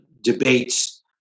debates